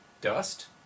Dust